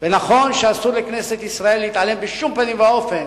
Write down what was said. ונכון שאסור לכנסת ישראל להתעלם בשום פנים ואופן